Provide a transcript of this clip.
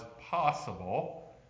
possible